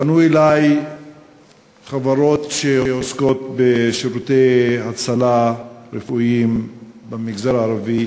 פנו אלי חברות שעוסקות בשירותי הצלה רפואיים במגזר הערבי,